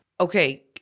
Okay